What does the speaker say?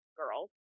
girls